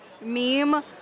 Meme